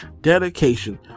dedication